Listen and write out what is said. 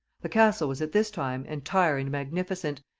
the castle was at this time entire and magnificent,